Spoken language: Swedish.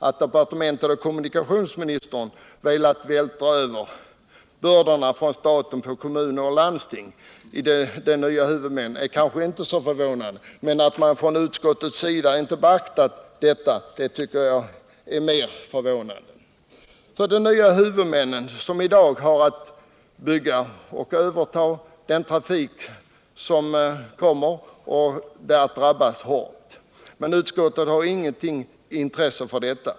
Att departementet och kommunikationsministern velat vältra över bördorna från staten på kommuner och landsting, de nya huvudmännen, är kanske inte så förvånande. Men att utskottet inte beaktat detta är anmärkningsvärt. De nya huvudmännen, som i dag har att bygga och överta trafik, kommer att drabbas hårt härav. Men utskottet har inget intresset för detta.